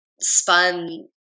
spun